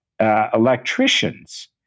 electricians